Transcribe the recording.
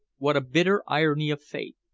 what a bitter irony of fate!